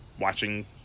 watching